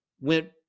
went